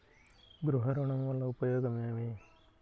గృహ ఋణం వల్ల ఉపయోగం ఏమి?